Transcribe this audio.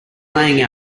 laying